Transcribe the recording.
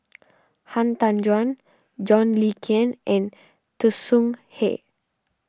Han Tan Juan John Le Cain and Tsung Yeh